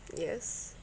yes